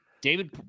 David